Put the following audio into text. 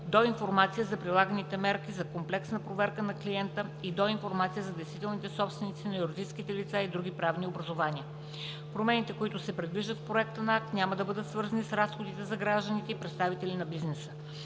до информация за прилаганите мерки за комплексна проверка на клиента и до информация за действителните собственици на юридическите лица и други правни образувания. Промените, които се предвиждат в проекта на акт, няма да бъдат свързани с разходи за гражданите и представителите на бизнеса.